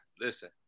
Listen